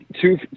Two